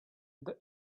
the